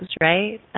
right